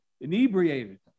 inebriated